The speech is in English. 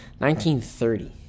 1930